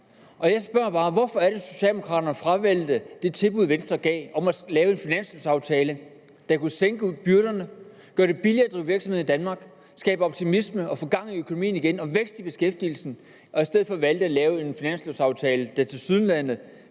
Og jeg spørger bare: Hvorfor er det, Socialdemokraterne fravalgte det tilbud, Venstre gav, om at lave en finanslovaftale, der kunne mindske byrderne, gøre det billigere at drive virksomhed i Danmark, skabe optimisme og få gang i økonomien igen og skabe vækst i beskæftigelsen, og i stedet valgte at lave en finanslovaftale, der tilsyneladende